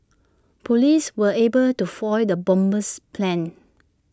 Police were able to foil the bomber's plans